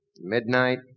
midnight